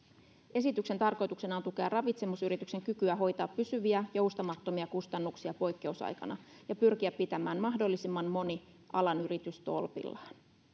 esityksen tarkoituksena on tukea ravitsemusyrityksen kykyä hoitaa pysyviä joustamattomia kustannuksia poikkeusaikana ja pyrkiä pitämään mahdollisimman moni alan yritys tolpillaan